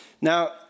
Now